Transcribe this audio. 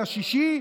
19 ביוני,